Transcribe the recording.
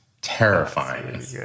terrifying